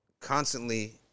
constantly